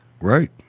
Right